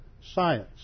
science